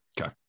Okay